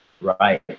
right